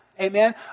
Amen